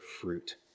fruit